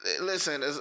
listen